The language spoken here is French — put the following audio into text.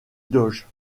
doge